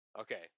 Okay